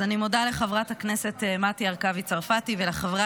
אז אני מודה לחברת הכנסת מטי צרפתי הרכבי ולחברי